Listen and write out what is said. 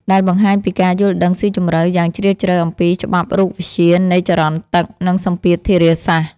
ដែលបង្ហាញពីការយល់ដឹងស៊ីជម្រៅយ៉ាងជ្រាលជ្រៅអំពីច្បាប់រូបវិទ្យានៃចរន្តទឹក និងសម្ពាធធារាសាស្ត្រ។